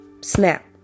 snap